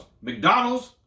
McDonald's